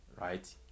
right